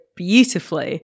beautifully